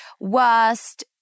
Worst